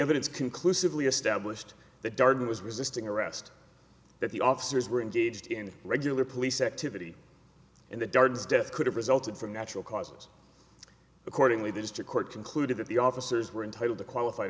evidence conclusively established that darden was resisting arrest that the officers were engaged in regular police activity in the dark as death could have resulted from natural causes accordingly the district court concluded that the officers were entitled to qualified